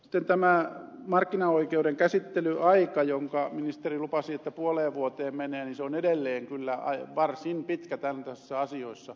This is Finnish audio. sitten tämä markkinaoikeuden käsittelyaika josta ministeri lupasi että puoleen vuoteen menee on edelleen kyllä varsin pitkä tällaisissa asioissa